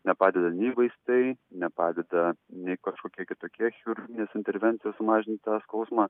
nepadeda nei vaistai nepadeda nei kažkokie kitokie chirurginės intervencijos sumažinti tą skausmą